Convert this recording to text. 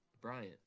Bryant